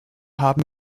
haben